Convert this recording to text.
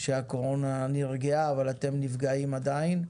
שהקורונה נרגעה, אבל אתם נפגעים עדיין,